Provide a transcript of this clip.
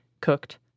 cooked